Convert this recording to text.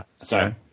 Sorry